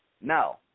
No